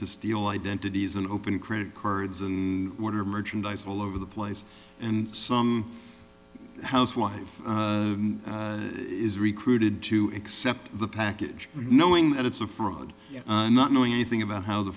to steal identities and open credit cards in order merchandise all over the place and some housewife is recruited to accept the package knowing that it's a fraud not knowing anything about how the